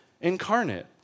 incarnate